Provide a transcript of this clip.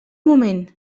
moment